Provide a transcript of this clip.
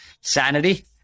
sanity